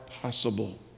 possible